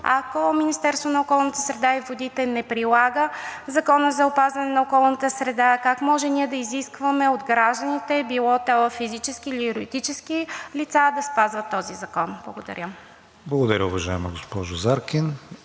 ако Министерството на околната среда и водите не прилага Закона за опазване на околната среда, как може ние да изискваме от гражданите – било то физически или юридически лица, да спазват този закон? Благодаря. ПРЕДСЕДАТЕЛ КРИСТИАН ВИГЕНИН: Благодаря, уважаема госпожо Заркин.